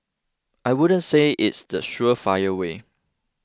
I wouldn't say it's the surefire way